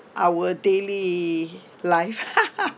our daily life